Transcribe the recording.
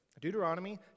Deuteronomy